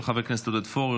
של חבר הכנסת עודד פורר.